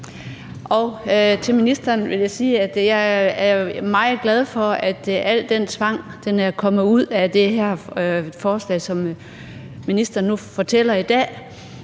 jeg er meget glad for, at al den tvang er kommet ud af det her forslag, som ministeren nu fortæller i dag.